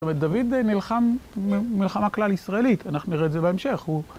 דוד נלחם מלחמה כלל ישראלית, אנחנו נראה את זה בהמשך' הוא